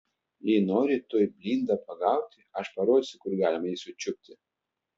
jei nori tuoj blindą pagauti aš parodysiu kur galima jį sučiupti